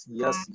yes